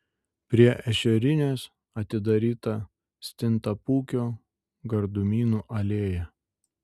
prie ešerinės atidaryta stintapūkio gardumynų alėja